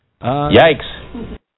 Yikes